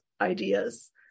ideas